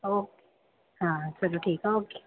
okay ਹਾਂ ਚਲੋ ਠੀਕ ਆ ਓਕੇ